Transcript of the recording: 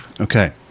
Okay